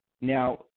Now